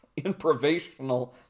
improvisational